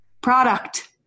product